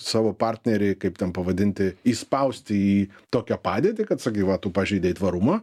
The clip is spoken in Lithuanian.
savo partnerį kaip ten pavadinti įspausti į tokią padėtį kad sakai va tu pažeidei tvarumą